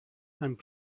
and